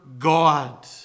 God